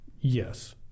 Yes